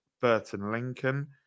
Burton-Lincoln